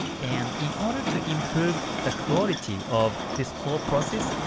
and in order to improve the quality of this whole process,